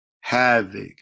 Havoc